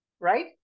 right